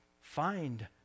find